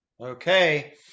Okay